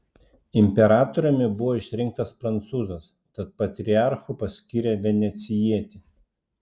imperatoriumi buvo išrinktas prancūzas tad patriarchu paskyrė venecijietį